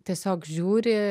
tiesiog žiūri